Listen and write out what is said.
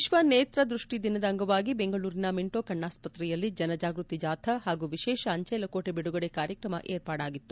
ವಿತ್ವ ನೇತದೃಷ್ಠಿ ದಿನದ ಅಂಗವಾಗಿ ಬೆಂಗಳೂರಿನ ಮಿಂಟೋ ಕಣ್ಣಾಸ್ತ್ರತೆಯಲ್ಲಿ ಜನಜಾಗೃತಿ ಜಾಥಾ ಹಾಗೂ ವಿಶೇಷ ಅಂಚೆ ಲಕೋಟೆ ಬಿಡುಗಡೆ ಕಾರ್ಯಕ್ರಮ ಏರ್ಪಾಡಾಗಿತ್ತು